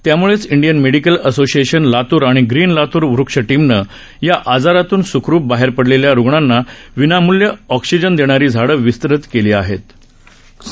त्यामुळेच Indian medical association Latur आणि green Latur वृक्ष टीमनं या आजारातून सुखरूप बाहेर पडलेल्या रुग्णांना विनामूल्य एक्सिजन देणारी झाडं वितरित करण्याचा उपक्रम सुरू केला